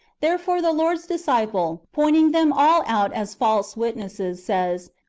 therefore the lord's disciple, pointing them all out as false witnesses, says,